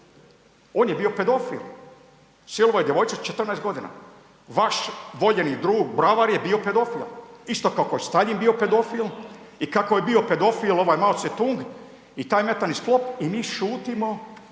On je bio pedofil, silovo je djevojčicu od 14.g., vaš voljeni drug bravar je bio pedofil, isto kao košto je Staljin bio pedofil i kako je bio pedofil ovaj Mao Ce-tung i taj metalni sklop i mi šutimo,